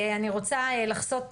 אני רוצה לחסות,